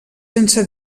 sense